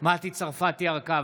מטי צרפתי הרכבי,